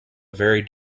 very